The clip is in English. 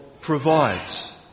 provides